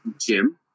Jim